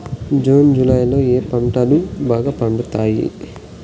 June July లో ఏ పంటలు బాగా పండుతాయా?